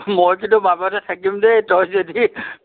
মই কিন্তু বামতে থাকিম দেই তই যদি